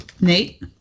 Nate